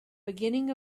beginning